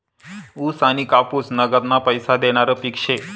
ऊस आनी कापूस नगदना पैसा देनारं पिक शे